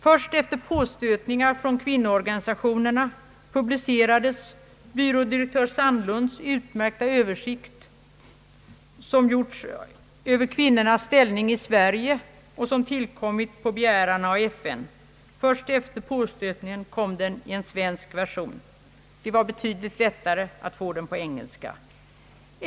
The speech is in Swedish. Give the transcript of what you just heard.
Först efter påstötningar från kvinnoorganisationerna publicerades byrådi rektör Sandlunds utmärkta översikt, gjord på begäran av FN, över kvinnornas ställning i Sverige i en svensk version. Det var betydligt lättare att få den på engelska.